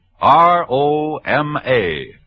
R-O-M-A